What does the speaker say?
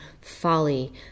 folly